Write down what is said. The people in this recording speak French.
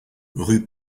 rue